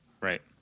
right